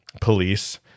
police